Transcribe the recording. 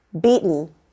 beaten